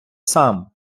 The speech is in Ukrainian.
сам